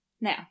Now